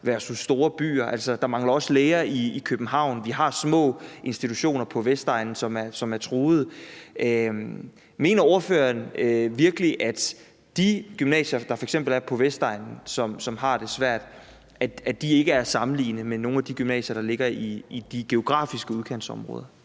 versus store byer? Der mangler også læger i København. Vi har små institutioner på Vestegnen, som er truede. Mener ordføreren virkelig, at de gymnasier, der f.eks. er på Vestegnen, og som har det svært, ikke er at sammenligne med nogle af de gymnasier, der ligger i de geografiske udkantsområder?